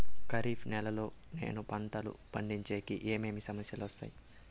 ఖరీఫ్ నెలలో నేను పంటలు పండించేకి ఏమేమి సమస్యలు వస్తాయి?